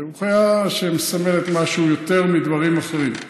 הוא חיה שמסמלת משהו יותר מדברים אחרים.